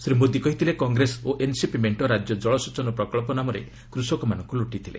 ଶ୍ରୀ ମୋଦୀ କହିଥିଲେ କଂଗ୍ରେସ ଓ ଏନସିପି ମେଷ୍ଟ ରାଜ୍ୟ ଜଳସେଚନ ପ୍ରକଳ୍ପ ନାମରେ କୃଷକମାନଙ୍କୁ ଲୁଟିଥିଲେ